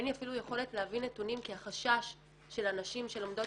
אין לי אפילו יכולת להביא נתונים כי החשש של הנשים שלומדות